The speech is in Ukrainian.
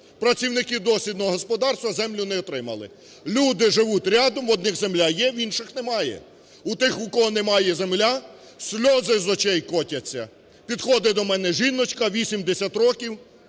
працівники дослідного господарства землю не отримали, люди живуть рядом, в одних земля є, в інших немає. У тих, у кого немає землі, сльози з очей котяться. Підходить до мене жіночка 80 років